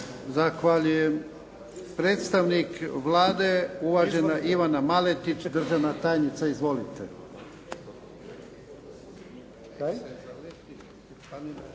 Zahvaljujem. Predstavnik Vlade, uvažena Ivana Maletić, državna tajnica. Izvolite.